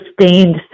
sustained